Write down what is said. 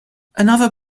another